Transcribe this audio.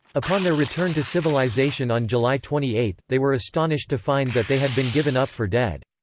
upon their return to civilization on july twenty eight, they were astonished to find that they had been given up for dead.